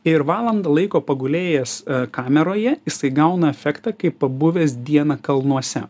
ir valandą laiko pagulėjęs kameroje jisai gauna efektą kaip pabuvęs dieną kalnuose